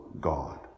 God